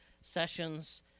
sessions